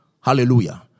Hallelujah